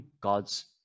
God's